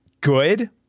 good